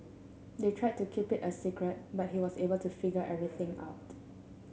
they tried to keep it a secret but he was able to figure everything out